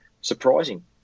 surprising